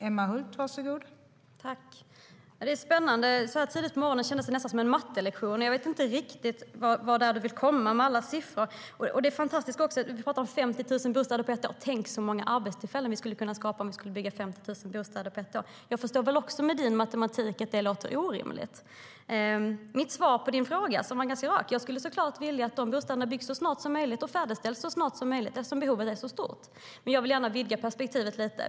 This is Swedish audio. Fru talman! Det är spännande. Så här tidigt på morgonen känns detta nästan som en mattelektion. Jag vet inte riktigt vart det är du vill komma med alla siffror, Ola Johansson. Jag skulle såklart vilja att bostäderna byggs och färdigställs så snart som möjligt eftersom behovet är så stort. Men jag vill gärna vidga perspektivet lite.